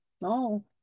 No